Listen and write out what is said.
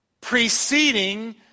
preceding